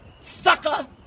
sucker